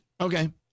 Okay